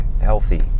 healthy